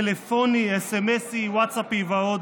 טלפוני, סמ"סי, ווטסאפי ועוד.